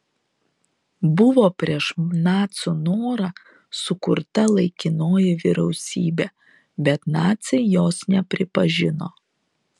buvo prieš nacių norą sukurta laikinoji vyriausybė bet naciai jos nepripažino